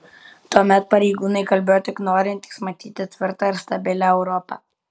tuomet pareigūnai kalbėjo tik norintys matyti tvirtą ir stabilią europą